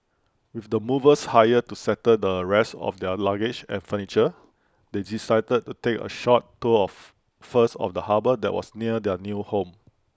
with the movers hired to settle the rest of their luggage and furniture they decided to take A short tour of first of the harbour that was near their new home